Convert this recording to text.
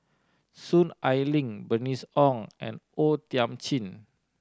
Soon Ai Ling Bernice Ong and O Thiam Chin